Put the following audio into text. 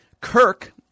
Kirk